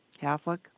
Catholic